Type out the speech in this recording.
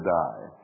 die